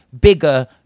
bigger